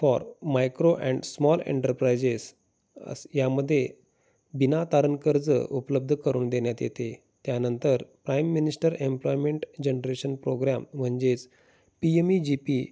for micro and small enterprises अस यामध्ये बिना तारण कर्ज उपलब्ध करून देण्यात येते त्यानंतर prime minister employment generation programme म्हणजेच P M E G P